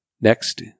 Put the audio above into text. Next